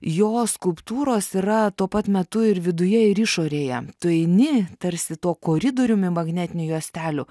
jo skulptūros yra tuo pat metu ir viduje ir išorėje tu eini tarsi tuo koridoriumi magnetinių juostelių